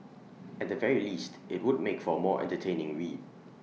at the very least IT would make for more entertaining read